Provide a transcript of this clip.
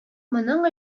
моның